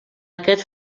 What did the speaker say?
aquests